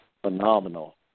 phenomenal